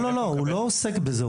לא, הוא לא עוסק בזה.